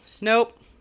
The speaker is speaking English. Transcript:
Nope